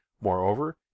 moreover